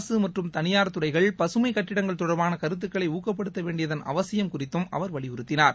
அரசு மற்றும் தனியார் துறைகள் பசுமை கட்டிடங்கள் தொடர்பான கருத்துக்களை ஊக்கப்படுத்த வேண்டியதன் அவசியம் குறித்தும் அவர் வலியுறுத்தினார்